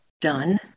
done